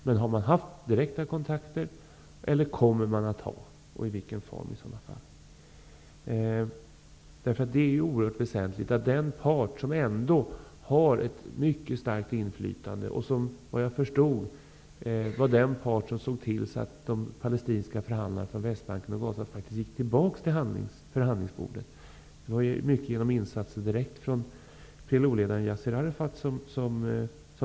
Men jag undrar dock om man har haft eller kommer att ha direkta kontakter med PLO, och i så fall i vilken form? PLO är den part som ändock har ett mycket starkt inflytande och som vad jag förstår är den part som såg till att de palestinska förhandlarna från Västbanken och Gaza faktiskt gick tillbaka till förhandlingsbordet. Det skedde till stor del efter insatser direkt från PLO-ledaren Yassir Arafat.